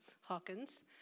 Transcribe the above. Hawkins